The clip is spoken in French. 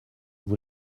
vous